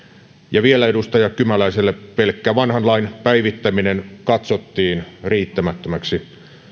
ja vielä edustaja kymäläiselle pelkkä vanhan lain päivittäminen katsottiin riittämättömäksi